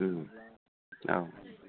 ओम औ